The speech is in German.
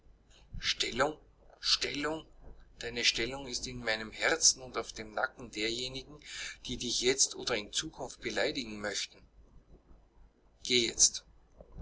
stellung stellung deine stellung ist in meinem herzen und auf dem nacken derjenigen die dich jetzt oder in zukunft beleidigen möchten geh jetzt